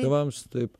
tėvams taip